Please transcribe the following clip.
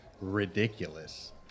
ridiculous